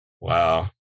Wow